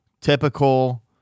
typical